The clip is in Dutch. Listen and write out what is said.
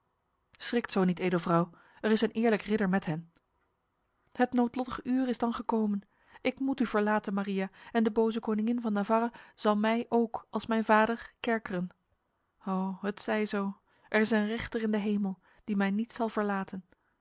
schrikt zo niet edelvrouw er is een eerlijk ridder met hen het noodlottig uur is dan gekomen ik moet u verlaten maria en de boze koningin van navarra zal mij ook als mijn vader kerkeren ho het zij zo er is een rechter in de hemel die mij niet zal verlaten